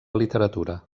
literatura